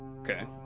Okay